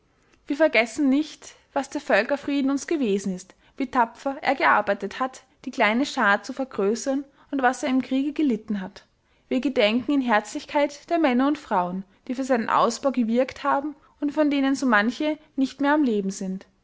wir vergessen nicht was der völkerfrieden uns gewesen ist wie tapfer er gearbeitet hat die kleine schar zu vergrößern und was er im kriege gelitten hat wir gedenken in herzlichkeit der männer und frauen die für seinen ausbau gewirkt haben und von denen so manche nicht mehr am leben sind